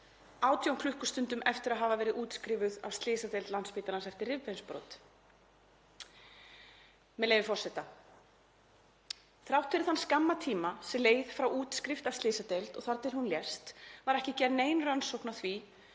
18 klukkustundum eftir að hafa verið útskrifuð af slysadeild Landspítalans eftir rifbeinsbrot. Með leyfi forseta: „Þrátt fyrir þann skamma tíma sem leið frá útskrift af slysadeild og þar til hún lést var ekki gerð nein rannsókn á